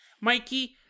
Mikey